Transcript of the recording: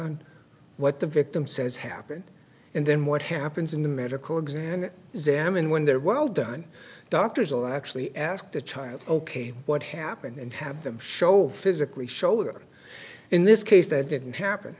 on what the victim says happened and then what happens in the medical exam and examine when they're well done doctors will actually ask the child ok what happened and have them show physically show that in this case that didn't happen